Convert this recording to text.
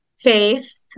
faith